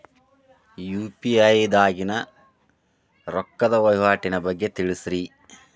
UPI ದಾಗಿನ ರೊಕ್ಕದ ವಹಿವಾಟಿನ ಬಗ್ಗೆ ತಿಳಸ್ರಿ